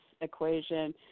equation